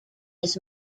his